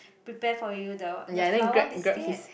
prepare for you the what the flower biscuit